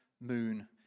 moon